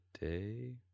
day